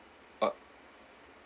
uh